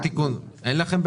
לדעתנו זה תיקון טכני.